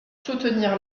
soutenir